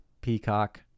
Peacock